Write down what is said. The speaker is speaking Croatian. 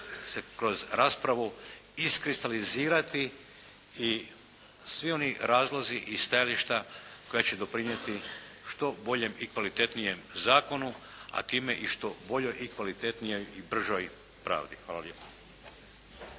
se kroz raspravu iskristalizirati i svi oni razlozi i stajališta koji će doprinijeti što boljem i kvalitetnijem zakonu, a time i što boljoj i kvalitetnijoj i bržoj pravdi. Hvala lijepa.